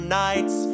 nights